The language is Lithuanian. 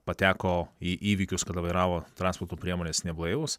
pateko į įvykius kada vairavo transporto priemones neblaivūs